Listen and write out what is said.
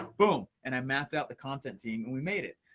boom, and i mapped out the content team, and we made it.